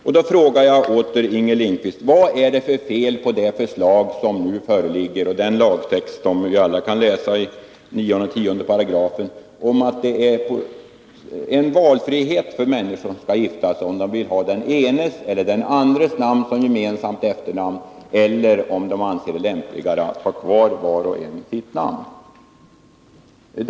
Jag frågar åter Inger Lindquist: Vad är det för fel på det förslag som nu föreligger och på den lagtext som vi alla kan läsa i 9 och 10 §§ om valfrihet för människor som skall gifta sig, om de vill ha den enes eller den andres namn som gemensamt efternamn eller om de anser det lämpligare att ha kvar var och en sitt namn?